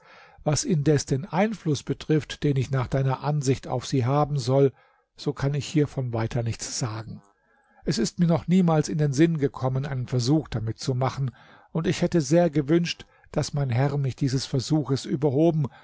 was indes den einfluß betrifft den ich nach deiner ansicht auf sie haben soll so kann ich hiervon weiter nichts sagen es ist mir noch niemals in den sinn gekommen einen versuch damit zu machen und ich hätte sehr gewünscht daß mein herr mich dieses versuches überhoben